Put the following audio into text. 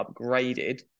upgraded